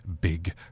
big